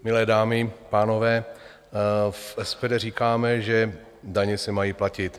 Milé dámy, pánové, v SPD říkáme, že daně se mají platit.